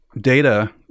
data